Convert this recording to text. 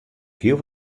hiel